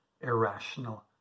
irrational